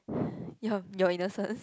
your your innocence